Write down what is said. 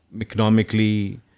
economically